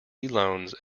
loans